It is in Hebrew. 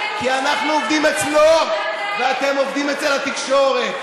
כי אנחנו עובדים אצלו ואתם עובדים אצל התקשורת.